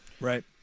Right